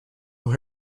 into